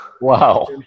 Wow